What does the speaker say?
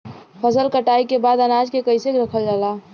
फसल कटाई के बाद अनाज के कईसे रखल जाला?